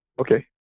Okay